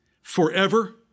forever